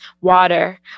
water